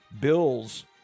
Bills